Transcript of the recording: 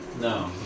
No